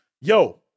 yo